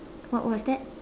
what was that